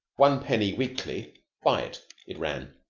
one penny weekly, buy it, it ran.